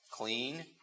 clean